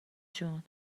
جون